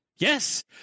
Yes